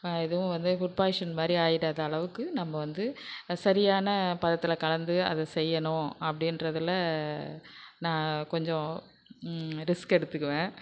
எதுவும் வந்து food poison மாதிரி ஆகிடாத அளவுக்கு நம்ம வந்து சரியான பதத்தில் கலந்து அது செய்யணும் அப்படின்றதுல நான் கொஞ்சம் ரிஸ்க் எடுத்துக்குவேன்